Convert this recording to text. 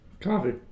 Coffee